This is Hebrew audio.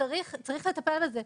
צריך לטפל בזה.